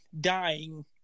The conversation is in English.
dying